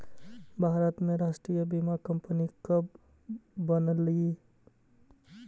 भारत में राष्ट्रीय बीमा कंपनी कब बनलइ?